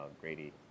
Grady